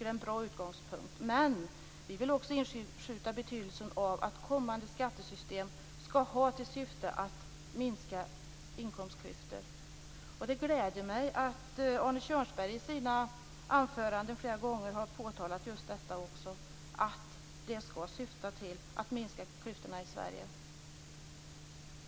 Det gläder mig att Arne Kjörnsberg i sina anföranden flera gånger har påtalat just detta också: Syftet skall vara att minska klyftorna i Sverige.